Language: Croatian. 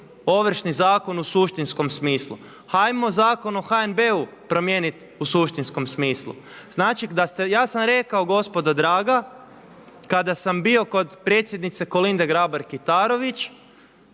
Ovršni zakon u suštinskom smislu. Hajmo Zakon o HNB-u promijenit u suštinskom smislu. Znači, ja sam rekao gospodo draga kada sam bio kod predsjednice Kolinde Grabar-Kitarović